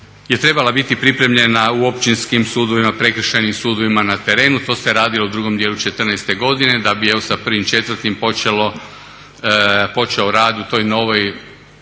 trebala biti pripremljena u općinskim sudovima, prekršajnim sudovima na terenu. To se radi o drugom dijelu '14. godine da bi evo sa 1.4. počeo rad u toj novoj